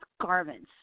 garments